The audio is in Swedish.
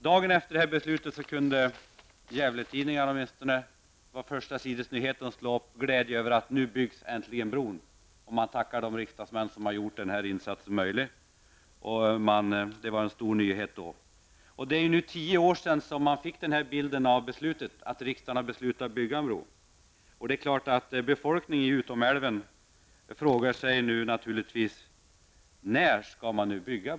Dagen efter beslutet fanns åtminstone i Gävletidningarna förstasidesnyheten att glädjen var stor över att bron äntligen skulle byggas. Man tackade de riksdagsmän som hade möjliggjort denna insats. Det här var alltså en stor nyhet då. Det är nu tio år sedan man fick nämnda bild av situationen, nämligen att riksdagen beslutat att en bro skall byggas. Det är klart att befolkningen i längsälven frågar sig: När skall bron byggas?